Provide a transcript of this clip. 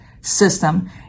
system